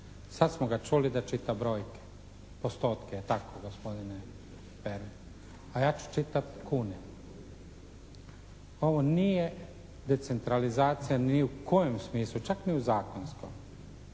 Sad smo ga čuli da čita brojke, postotke je li tako gospodine Peronja. A ja ću čitati kune. Ovo nije decentralizacija ni u kojem smislu čak ni u zakonskom.